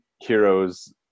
heroes